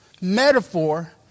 metaphor